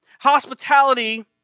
Hospitality